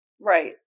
Right